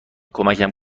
کمکم